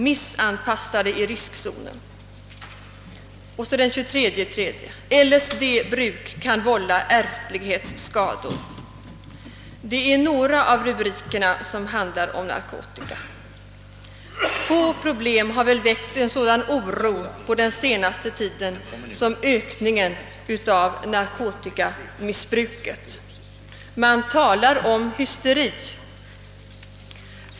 Missanpassade i riskzonen.» Den 23 mars kunde man läsa i samma tidning: »LSD-bruk kan vålla ärftlighetsskador.» Detta är några av rubrikerna på artiklar som handlar om narkotika. Få problem har väl väckt sådan oro på senaste tiden som ökningen av narkotikamissbruket. Man talar om hysteri.